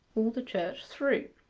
all the church through.